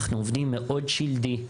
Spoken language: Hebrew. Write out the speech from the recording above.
אנחנו עובדים מאוד שלדי,